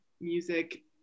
music